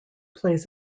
plays